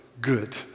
good